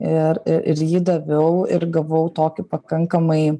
ir ir jį daviau ir gavau tokį pakankamai